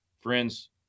Friends